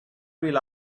rely